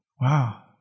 Wow